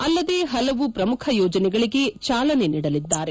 ಅಲ್ಲದೇ ಹಲವು ಪ್ರಮುಖ ಯೋಜನೆಗಳಿಗೆ ಚಾಲನೆ ನೀಡಲಿದ್ದಾರೆ